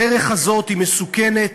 הדרך הזאת היא מסוכנת.